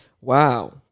Wow